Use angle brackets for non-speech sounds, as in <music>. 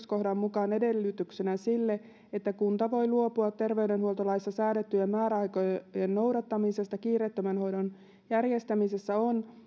<unintelligible> kohdan mukaan edellytyksenä sille että kunta voi luopua terveydenhuoltolaissa säädettyjen määräaikojen noudattamisesta kiireettömän hoidon järjestämisessä on